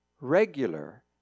regular